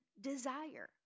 desire